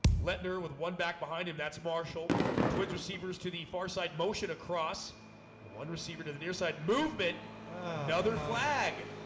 lender with one back behind him that's marshall twigs receivers to the far side motion across and one receiver to the near side movement another flag